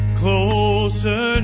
closer